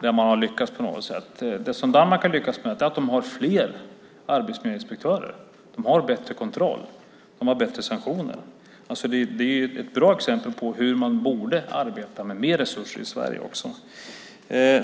Där har man lyckats på något sätt. Det som Danmark har lyckats med handlar om att de har fler arbetsmiljöinspektörer. De har bättre kontroll. De har bättre sanktioner. Det är ett bra exempel på hur man borde arbeta med mer resurser också i Sverige.